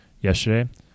yesterday